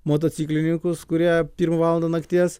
motociklininkus kurie pirmą valandą nakties